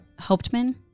Hauptman